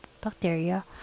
bacteria